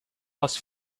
was